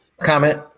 comment